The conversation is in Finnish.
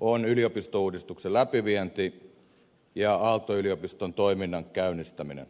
on yliopistouudistuksen läpivienti ja aalto yliopiston toiminnan käynnistäminen